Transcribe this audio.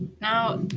Now